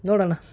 ನೋಡೋಣ